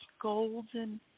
golden